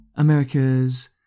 Americas